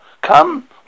come